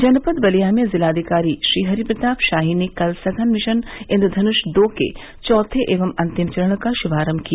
जनपद बलिया में जिलाधिकारी श्रीहरिप्रताप शाही ने कल सघन मिशन इंद्रधनुष दो के चौथे एवं अंतिम चरण का श्भारंभ किया